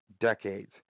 decades